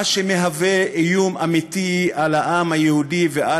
מה שמהווה איום אמיתי על העם היהודי ועל